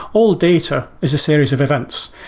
all data is a series of events.